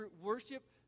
worship